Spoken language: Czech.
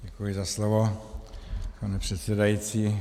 Děkuji za slovo, pane předsedající.